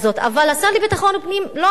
אבל השר לביטחון פנים לא עושה את זה,